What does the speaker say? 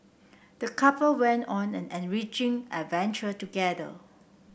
the couple went on an enriching adventure together